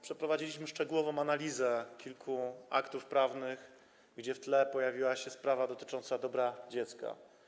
Przeprowadziliśmy szczegółową analizę kilku aktów prawnych, gdzie w tle pojawiła się sprawa dotycząca dobra dziecka.